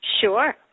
Sure